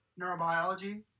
neurobiology